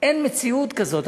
אין מציאות כזאת.